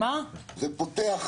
פותח